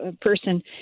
person